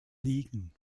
liegen